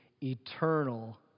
eternal